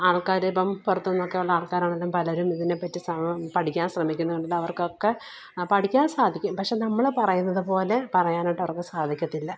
ആൾക്കാര് ഇപ്പം പുറത്ത് നിന്നൊക്കെ ഉള്ള ആൾക്കാരാണേലും പലരും ഇതിനേപ്പറ്റി സാ പഠിക്കാൻ ശ്രമിക്കുന്നുണ്ട് അവർക്കൊക്കെ പഠിക്കാൻ സാധിക്കും പക്ഷേ നമ്മള് പറയുന്നത് പോലെ പറയാനൊട്ട് അവർക്ക് സാധിക്കത്തില്ല